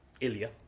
Ilya